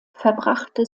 verbrachte